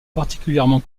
particulièrement